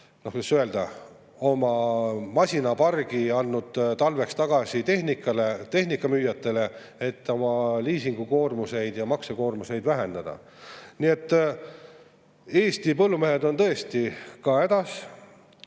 ka, kuidas öelda, oma masinapargi andnud talveks tagasi tehnikamüüjatele, et oma liisingukoormuseid ja maksekoormuseid vähendada. Nii et Eesti põllumehed on tõesti hädas.